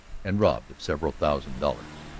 and robbed of several thousand dollars.